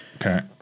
Okay